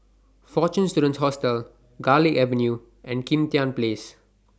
Fortune Students Hostel Garlick Avenue and Kim Tian Place